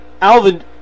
Alvin